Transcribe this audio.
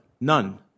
None